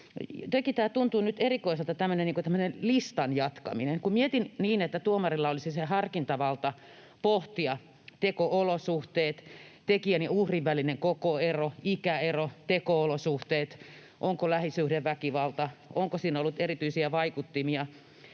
tämmöinen niin kuin listan jatkaminen. Kun mietin niin, että tuomarilla olisi se harkintavalta vapaasti pohtia teko-olosuhteet, tekijän ja uhrin välinen kokoero, ikäero, onko lähisuhdeväkivaltaa, onko siinä ollut erityisiä vaikuttimia